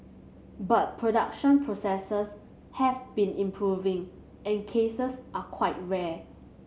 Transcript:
but production processes have been improving and cases are quite rare